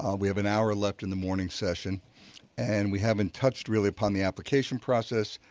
ah we have an hour left in the morning session and we haven't touched really upon the application process.